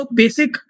basic